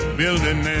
building